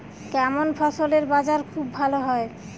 কেমন ফসলের বাজার খুব ভালো হয়?